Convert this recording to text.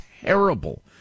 terrible